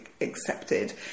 accepted